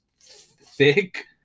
thick